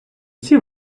всі